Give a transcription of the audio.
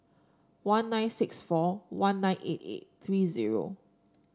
one nine six four one nine eight eight three zero